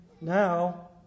now